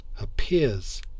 appears